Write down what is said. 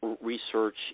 research